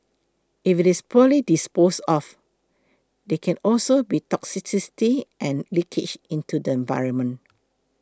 if it's poorly disposed of there can also be toxicity and leakage into the environment